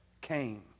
came